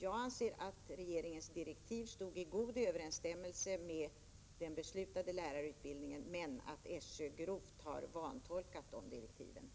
Jag anser att regeringens direktiv stod i god överensstämmelse med den beslutade lärarutbildningen, men att SÖ grovt har vantolkat dessa direktiv.